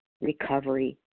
recovery